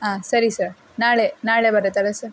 ಆಂ ಸರಿ ಸರ್ ನಾಳೆ ನಾಳೆ ಬರುತ್ತಲ್ವ ಸರ್